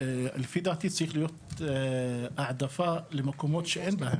לפי דעתי צריכה להיות העדפה למקומות שאין בהם,